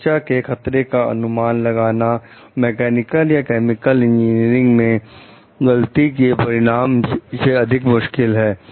सुरक्षा के खतरे का अनुमान लगाना मैकेनिकल या केमिकल इंजीनियरिंग में गलती के परिणाम से अधिक मुश्किल है